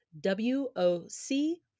W-O-C